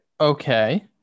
Okay